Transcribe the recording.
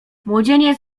młodzieniec